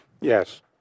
Yes